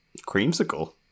creamsicle